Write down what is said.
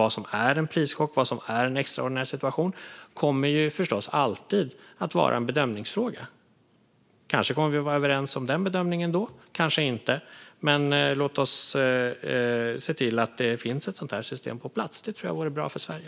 Vad som är en prischock och vad som är en extraordinär situation kommer förstås alltid att vara en bedömningsfråga. Kanske kommer vi att vara överens om den bedömningen då, kanske inte. Men låt oss se till att det finns ett sådant system på plats. Det tror jag vore bra för Sverige.